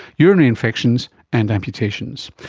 urinary infections and amputations.